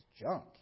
junk